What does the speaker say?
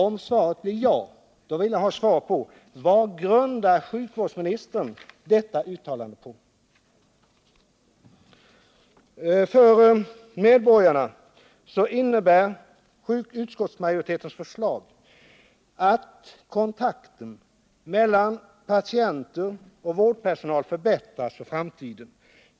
Om svaret är ja, vill jag ha ett besked om vad sjukvårdsministern grundar detta uttalande på. För medborgarna innebär utskottsmajoritetens förslag att kontakten mellan patienter och vårdpersonal förbättras för framtiden.